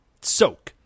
soak